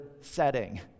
setting